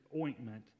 ointment